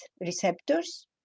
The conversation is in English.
receptors